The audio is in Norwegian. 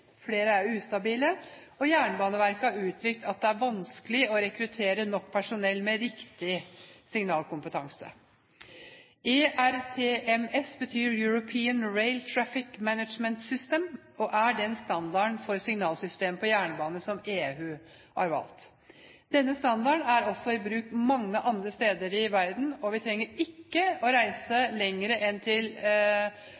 flere er ustabile, og Jernbaneverket har uttrykt at det er vanskelig å rekruttere nok personell med riktig signalkompetanse. ERTMS betyr European Rail Traffic Management System, og er den standarden for signalsystemer på jernbanen som EU har valgt. Denne standarden er også i bruk mange andre steder i verden. Vi trenger ikke å reise